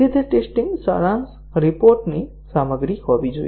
તે ટેસ્ટીંગ સારાંશ રિપોર્ટની સામગ્રી હોવી જોઈએ